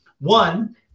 one